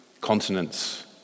continents